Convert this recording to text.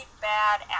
bad